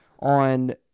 on